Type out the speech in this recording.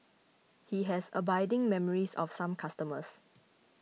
he has abiding memories of some customers